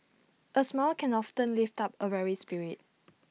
A smile can often lift up A weary spirit